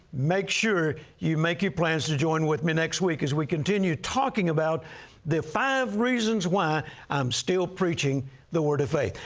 make sure you make your plans to join with me next week as we continue talking about the five reasons why i'm still preaching the word of faith.